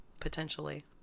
potentially